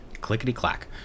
Clickety-clack